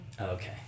Okay